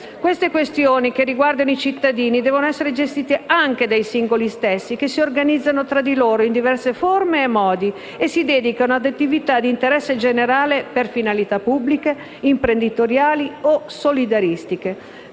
Tali questioni, che riguardano i cittadini, devono essere gestite anche dai singoli stessi che si organizzano, tra di loro, in diverse forme e modi, e si dedicano ad attività di interesse generale per finalità pubbliche, imprenditoriali o solidaristiche.